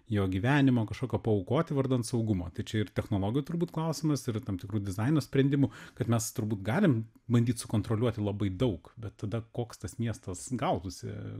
jo gyvenimo kažkokio paaukoti vardan saugumo tai čia ir technologijų turbūt klausimas ir tam tikrų dizaino sprendimų kad mes turbūt galim bandyt sukontroliuoti labai daug bet tada koks tas miestas gautųsi